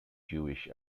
jewish